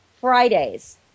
Fridays